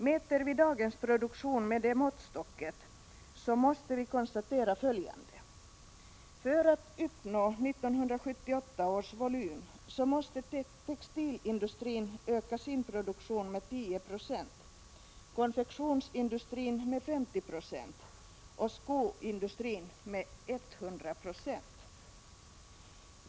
Mäter vi dagens produktion med den måttstocken, måste vi konstatera följande: För att uppnå 1978 års volym måste textilindustrin öka sin produktion med 10 96, konfektionsindustrin med 50 96 och skoindustrin med 100 96.